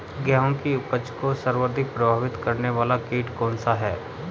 गेहूँ की फसल को सर्वाधिक प्रभावित करने वाला कीट कौनसा है?